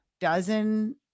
dozen